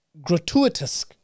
gratuitous